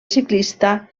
ciclista